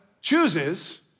chooses